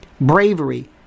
bravery